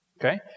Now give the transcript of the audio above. Okay